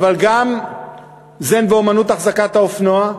אבל גם זן ואמנות אחזקת האופנוע,